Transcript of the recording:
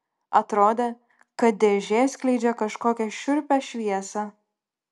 atrodė kad dėžė skleidžia kažkokią šiurpią šviesą